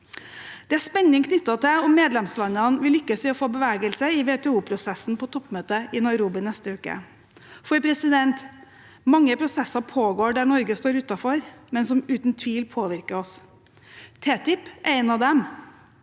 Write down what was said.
Det er spenning knyttet til om medlemslandene vil lykkes i å få bevegelse i WTO-prosessen på toppmøtet i Nairobi neste uke. For mange prosesser pågår der Norge står utenfor, men som uten tvil påvirker oss. TTIPer en av dem.